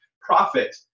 profit